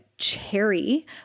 Cherry